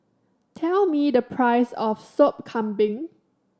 tell me the price of Sop Kambing